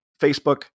Facebook